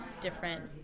different